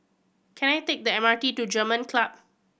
can I take the M R T to German Club